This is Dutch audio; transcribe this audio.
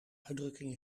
uitdrukking